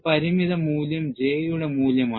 ഈ പരിമിതമായ മൂല്യം J യുടെ മൂല്യമാണ്